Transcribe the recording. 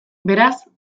beraz